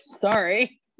sorry